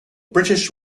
british